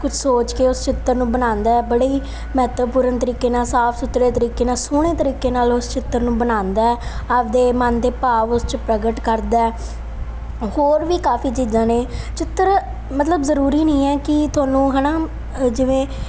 ਕੁਛ ਸੋਚ ਕੇ ਉਸ ਚਿੱਤਰ ਨੂੰ ਬਣਾਉਂਦਾ ਹੈ ਬੜੇ ਹੀ ਮਹੱਤਵਪੂਰਨ ਤਰੀਕੇ ਨਾਲ ਸਾਫ ਸੁਥਰੇ ਤਰੀਕੇ ਨਾਲ ਸੋਹਣੇ ਤਰੀਕੇ ਨਾਲ ਉਸ ਚਿੱਤਰ ਨੂੰ ਬਣਾਉਂਦਾ ਹੈ ਆਪਦੇ ਮਨ ਦੇ ਭਾਵ ਉਸ 'ਚ ਪ੍ਰਗਟ ਕਰਦਾ ਹੋਰ ਵੀ ਕਾਫੀ ਚੀਜ਼ਾਂ ਨੇ ਚਿੱਤਰ ਮਤਲਬ ਜ਼ਰੂਰੀ ਨਹੀਂ ਹੈ ਕਿ ਤੁਹਾਨੂੰ ਹੈ ਨਾ ਜਿਵੇਂ